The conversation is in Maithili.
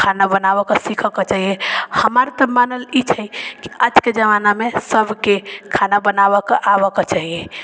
खाना बनाबैके सिखैके चाही हमार तऽ मानल ई छै कि आजके जमानामे सबके खाना बनाबैके आबैके चाही